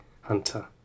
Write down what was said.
Hunter